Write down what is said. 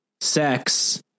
sex